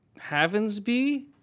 Havensby